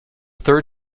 third